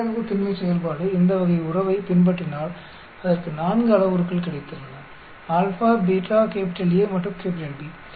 நிகழ்தகவு திண்மை செயல்பாடு இந்த வகை உறவைப் பின்பற்றினால் இதற்கு 4 அளவுருக்கள் கிடைத்துள்ளன α β A மற்றும் B